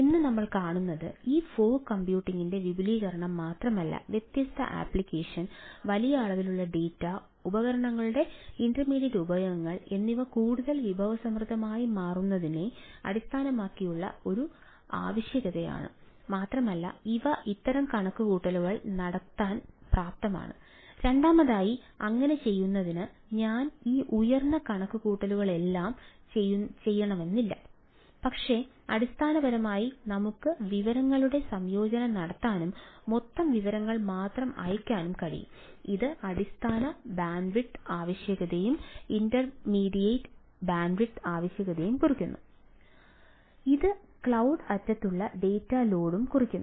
ഇന്ന് നമ്മൾ കാണുന്നത് ഈ ഫോഗ് ക്ലൌഡി അറ്റത്തുള്ള ഡാറ്റ ലോഡും കുറയ്ക്കുന്നു